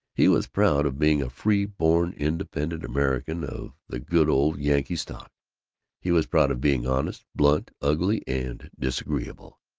he was proud of being a freeborn independent american of the good old yankee stock he was proud of being honest, blunt, ugly, and disagreeable.